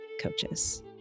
coaches